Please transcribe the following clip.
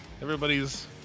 Everybody's